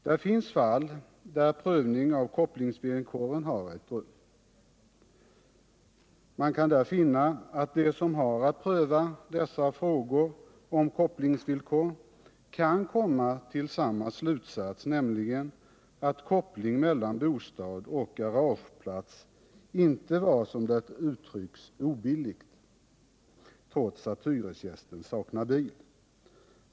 Det finns fall i vilka prövning av kopplingsvillkoren har ägt rum. Man kan där finna att de som har att pröva dessa frågor om kopplingsvillkor kan komma till samma slutsats, nämligen att koppling mellan bostad och garageplats inte var — som det uttrycks — obillig, trots att hyresgästen saknade bil.